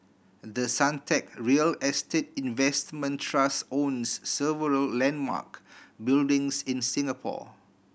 the Suntec real estate investment trust owns several landmark buildings in Singapore